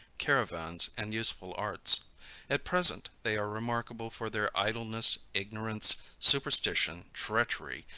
caravans and useful arts at present they are remarkable for their idleness, ignorance, superstition, treachery,